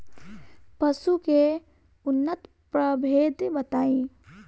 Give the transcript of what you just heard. पशु के उन्नत प्रभेद बताई?